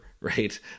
Right